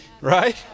right